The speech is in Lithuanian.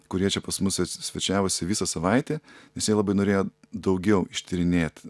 kurie čia pas mus svečiavosi visą savaitę nes jie labai norėjo daugiau ištyrinėt